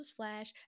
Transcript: newsflash